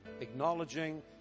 acknowledging